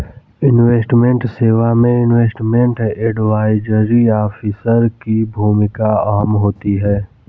investment सेवा में investment advisory officer की भूमिका अहम होती है